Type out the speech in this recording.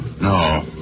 No